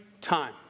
time